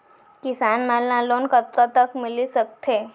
किसान मन ला लोन कतका तक मिलिस सकथे?